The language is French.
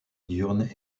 diurne